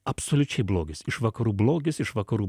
absoliučiai blogis iš vakarų blogis iš vakarų